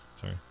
Sorry